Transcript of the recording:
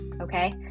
okay